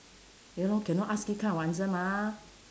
ya lor cannot ask this kind of answer mah